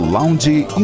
Lounge